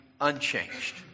Unchanged